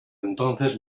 entonces